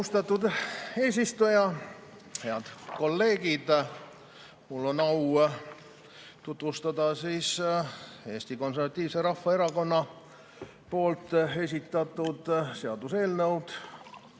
Austatud eesistuja! Head kolleegid! Mul on au tutvustada Eesti Konservatiivse Rahvaerakonna esitatud seaduseelnõu,